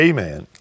Amen